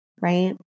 right